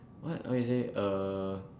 what how to say uh